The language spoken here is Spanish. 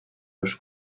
los